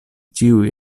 ĉiuj